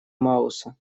мауса